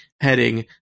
heading